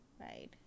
right